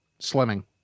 Slimming